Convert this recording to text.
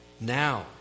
now